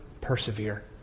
persevere